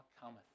cometh